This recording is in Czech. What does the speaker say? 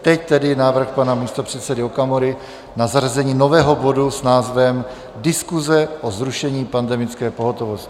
Teď tedy návrh pana místopředsedy Okamury na zařazení nového bodu s názvem Diskuse o zrušení pandemické pohotovosti.